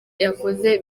yakoze